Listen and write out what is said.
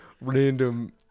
random